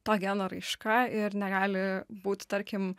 to geno raiška ir negali būt tarkim